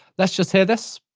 let's just hear this.